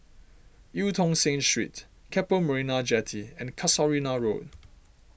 Eu Tong Sen Street Keppel Marina Jetty and Casuarina Road